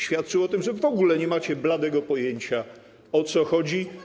świadczył o tym, że w ogóle nie macie bladego pojęcia, o co chodzi.